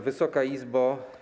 Wysoka Izbo!